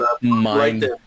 mind